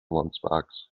lunchbox